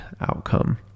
outcome